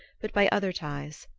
but by other ties.